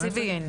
גם תקציבי.